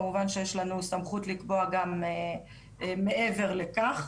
כמובן שיש לנו סמכות לקבוע גם מעבר לכך,